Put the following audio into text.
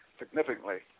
significantly